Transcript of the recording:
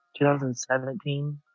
2017